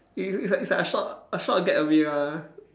it's it's like it's like a short a short getaway lah